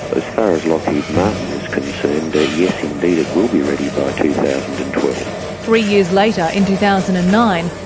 as far as lockheed martin is concerned, yes indeed, it will be ready by two thousand and twelve. three years later in two thousand and nine,